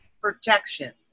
protection